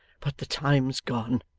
but the time's gone.